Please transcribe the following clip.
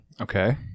Okay